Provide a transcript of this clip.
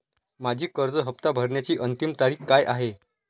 माझी कर्ज हफ्ता भरण्याची अंतिम तारीख काय आहे?